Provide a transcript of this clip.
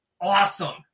awesome